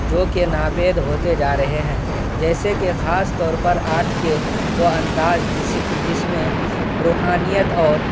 جو کہ ناپید ہوتے جا رہے ہیں جیسے کہ خاص طور پر آرٹ کے وہ انداز جس جس میں روحانیت اور